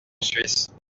suisse